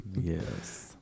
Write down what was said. Yes